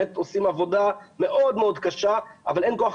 באמת עושים עבודה מאוד מאוד קשה אבל אין כוח